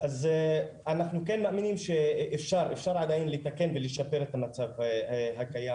אז אנחנו כן מאמינים שאפשר עדיין לתקן ולשפר את המצב הקיים.